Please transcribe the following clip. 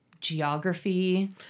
geography